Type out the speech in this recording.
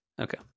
Okay